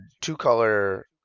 two-color